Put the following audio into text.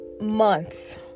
months